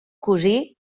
cosí